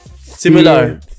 Similar